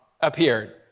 appeared